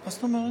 מה זאת אומרת?